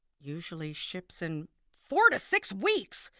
usually ships in four to six weeks!